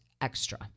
extra